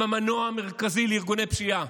הן המנוע המרכזי לארגוני פשיעה.